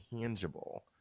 tangible